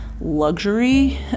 luxury